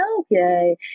okay